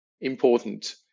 important